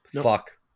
fuck